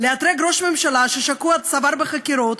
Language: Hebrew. לאתרג ראש ממשלה ששקוע עד צוואר בחקירות.